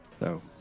No